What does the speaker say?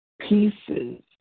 pieces